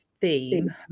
theme